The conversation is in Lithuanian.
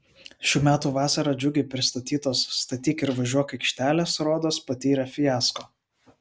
šių metų vasarą džiugiai pristatytos statyk ir važiuok aikštelės rodos patyrė fiasko